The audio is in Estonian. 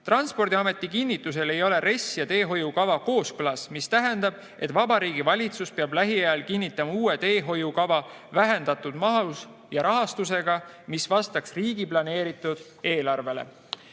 Transpordiameti kinnitusel ei ole RES ja teehoiukava kooskõlas, mis tähendab, et Vabariigi Valitsus peab lähiajal kinnitama uue teehoiukava vähendatud mahus ja rahastusega, mis vastaks riigi planeeritud eelarvele.